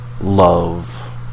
love